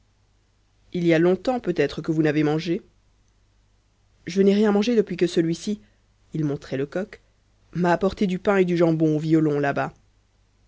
il y a longtemps peut-être que vous n'avez mangé je n'ai rien mangé depuis que celui-ci il montrait lecoq m'a apporté du pain et du jambon au violon là-bas